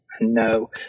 No